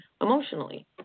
emotionally